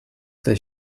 that